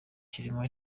kirimo